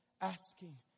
asking